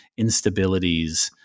instabilities